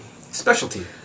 specialty